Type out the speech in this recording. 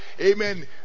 Amen